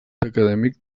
acadèmic